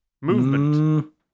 Movement